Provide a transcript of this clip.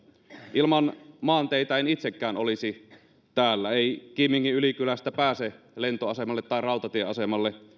ilman maanteitä en itsekään olisi täällä ei kiimingin ylikylästä pääse lentoasemalle tai rautatieasemalle